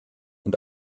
und